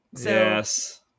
Yes